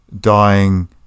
dying